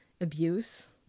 abuse